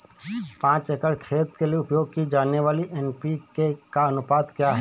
पाँच एकड़ खेत के लिए उपयोग की जाने वाली एन.पी.के का अनुपात क्या है?